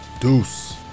Deuce